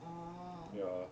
ya